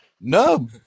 No